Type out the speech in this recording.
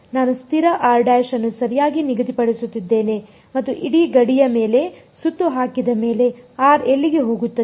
ನಾನು ಸ್ಥಿರ ಅನ್ನು ಸರಿಯಾಗಿ ನಿಗದಿಪಡಿಸುತ್ತಿದ್ದೇನೆ ಮತ್ತು ಇಡೀ ಗಡಿಯ ಮೇಲೆ ಸುತ್ತು ಹಾಕಿದ ಮೇಲೆ r ಎಲ್ಲಿಗೆ ಹೋಗುತ್ತದೆ